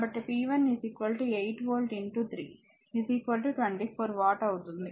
కాబట్టి p 1 8 volt 3 24 watt అవుతుంది